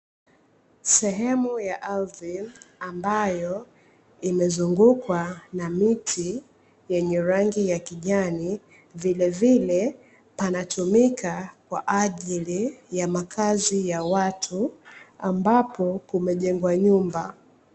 Sehemu ya ardhi ambayo imezungukwa na miti yenye rangi ya kijani, vilevile panatumika kwa ajili ya makazi ya watu ambapo kumejengwa nyumba.